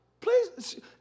Please